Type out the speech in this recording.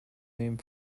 name